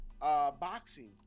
boxing